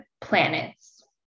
planets